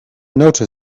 nóta